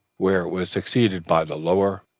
where it was succeeded by the lower,